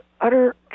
utter